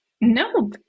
No